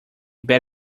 bad